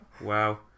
Wow